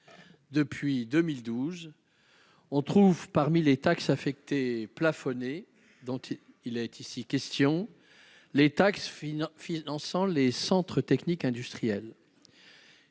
Depuis 2012, on trouve parmi les taxes affectées plafonnées, dont il est ici question, les taxes finançant les centres techniques industriels,